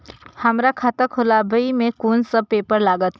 हमरा खाता खोलाबई में कुन सब पेपर लागत?